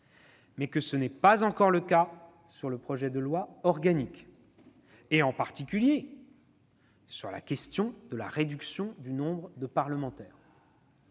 mais que ce n'est pas encore le cas sur le projet de loi organique, ... Non plus !... et en particulier sur la question de la réduction du nombre de parlementaires.